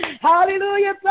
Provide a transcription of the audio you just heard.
Hallelujah